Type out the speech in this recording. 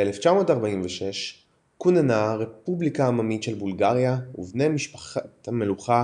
ב-1946 כוננה הרפובליקה העממית של בולגריה ובני משפחת המלוכה